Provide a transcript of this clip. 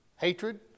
Hatred